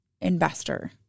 investor